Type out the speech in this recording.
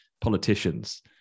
politicians